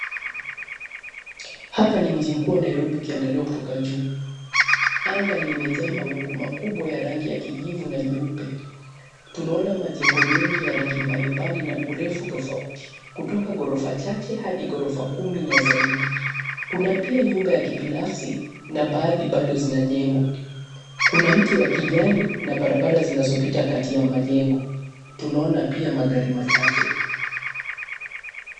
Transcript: Hapa ni mji mkuu wa Nairobi ukiangalia kutoka juu. Anga limejaa mawingu makubwa ya rangi ya kijivu na nyeupe. Tunaona majengo mengi ya rangi mbalimbali na urefu tofauti. Kutoka ghorofa chache hadi kumi na zaidi. Kuna pia nyumba ya kibinafsi na baadhi baado zinajengwa. Kuna mti wa kijani na barabara zinazopita kati ya majengo. Tunaona pia magari machache.